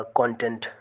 content